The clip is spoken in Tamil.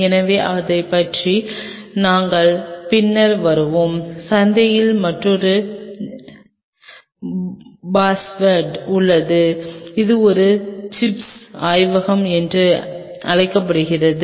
எனவே அதைப் பற்றி நாங்கள் பின்னர் வருவோம் சந்தையில் மற்றொரு பாஸ்வேர்டு உள்ளது இது ஒரு சிப்களின் ஆய்வகம் என்று அழைக்கப்படுகிறது